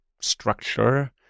structure